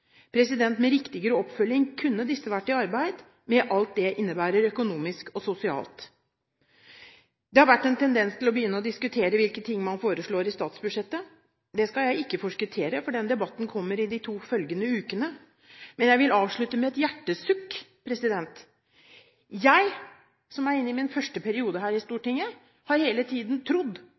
Med riktigere oppfølging kunne disse vært i arbeid, med alt det innebærer økonomisk og sosialt. Det har vært en tendens til å begynne å diskutere hvilke ting man foreslår i statsbudsjettet – det skal jeg ikke forskuttere, for den debatten kommer i de to følgende ukene. Men jeg vil avslutte med et hjertesukk: Jeg, som er inne i min første periode her på Stortinget, har hele tiden trodd